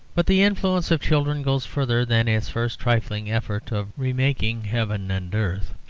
but the influence of children goes further than its first trifling effort of remaking heaven and earth.